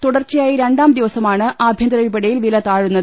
തുടർച്ചയായി രണ്ടാം ദിവസമാണ് ആഭ്യന്തര വിപണിയിൽ വില താഴുന്നത്